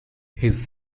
his